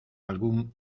algún